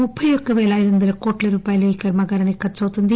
ముప్పయ్యొక్క పేల ఐదువందల కోట్ల రూపాయలు ఈ కర్మాగారానికి ఖర్చవుతుంది